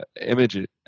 image